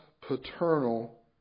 paternal